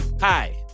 Hi